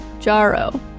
Jaro